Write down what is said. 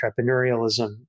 entrepreneurialism